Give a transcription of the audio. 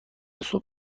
صبح